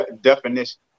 definition